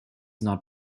not